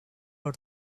her